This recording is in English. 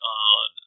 on